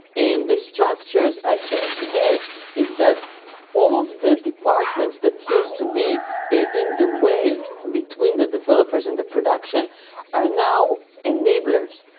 the structures i think today is that all of the departments that used to be in in the way between the developers and the production are now enablers.